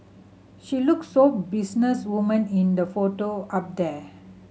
she look so business woman in the photo up there